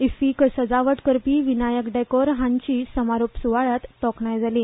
इफ्फीक सजावट करपी विनायक डॅकोर हांचीय समारोप सुवाळ्यांत तोखणाय जाली